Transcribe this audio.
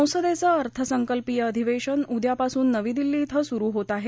संसदेचं अर्थसंकल्पीय अधिवेशन उद्यापासून नवी दिल्ली इथं सुरू होत आहे